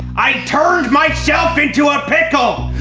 i turned myself into a pickle!